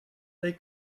they